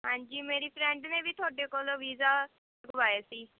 ਹਾਂਜੀ ਮੇਰੀ ਫਰੈਂਡ ਨੇ ਵੀ ਤੁਹਾਡੇ ਕੋਲੋਂ ਵੀਜ਼ਾ ਲਵਾਇਆ ਸੀ